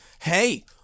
hey